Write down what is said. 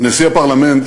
נשיא הפרלמנט